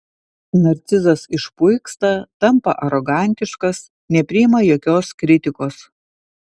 narcizas išpuiksta tampa arogantiškas nepriima jokios kritikos